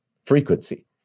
Frequency